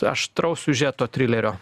aštraus siužeto trilerio